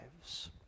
lives